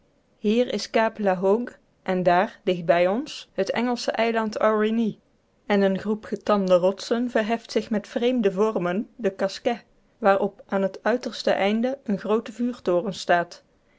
hier is kaap la hogue en daar dichtbij ons het engelsche eiland aurigny en een groep getande rotsen verheft zich met vreemde vormen de casquets waarop aan het uiterste einde een groote vuurtoren staat